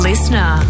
Listener